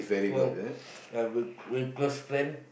four uh we're we're close friend